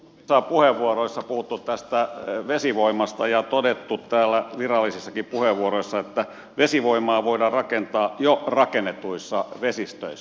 täällä on muutamissa puheenvuoroissa puhuttu vesivoimasta ja todettu täällä virallisissakin puheenvuoroissa että vesivoimaa voidaan rakentaa jo rakennetuissa vesistöissä